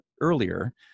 earlier